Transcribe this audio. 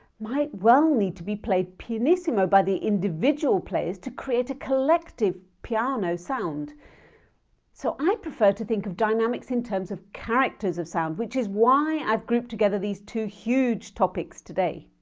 might well need to be played pianissimo by the individual players to create a collective piano sound so i prefer to think of dynamics in terms of characters of sound which is why i've grouped together these two huge topics today!